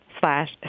slash